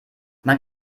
man